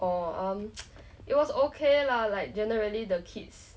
oh mm it was okay lah like generally the kids